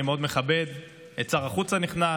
אני מאוד מכבד את שר החוץ הנכנס,